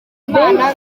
imana